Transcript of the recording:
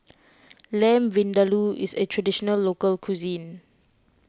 Lamb Vindaloo is a Traditional Local Cuisine